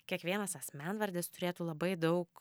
kiekvienas asmenvardis turėtų labai daug